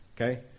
Okay